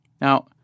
Now